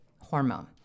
hormone